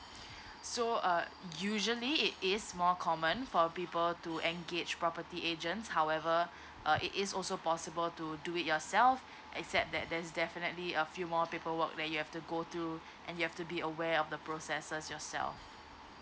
so uh usually it is more common for people to engage property agent however uh it is also possible to do it yourself except that there's definitely a few more paperwork that you have to go through and you have to be aware of the processes yourself